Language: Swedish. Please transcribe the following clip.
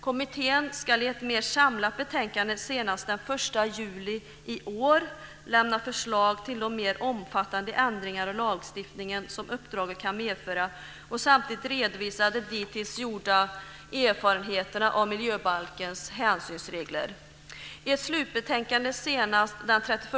Kommittén ska i ett mer samlat betänkande senast den 1 juli i år lämna förslag till de mer omfattande ändringar av lagstiftningen som uppdraget kan medföra och samtidigt redovisa de dittills gjorda erfarenheterna av miljöbalkens hänsynsregler.